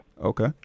okay